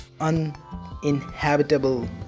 uninhabitable